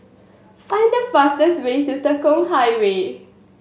find the fastest way to Tekong Highway